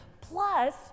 plus